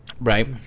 Right